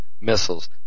missiles